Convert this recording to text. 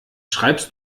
schreibst